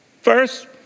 First